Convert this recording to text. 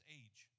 age